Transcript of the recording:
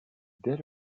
dès